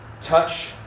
touch